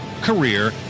career